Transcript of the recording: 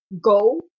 go